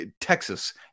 Texas